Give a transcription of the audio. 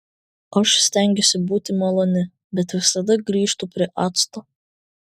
aš stengiuosi būti maloni bet visada grįžtu prie acto